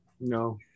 No